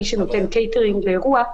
מי שנותן קייטרינג לאירוע,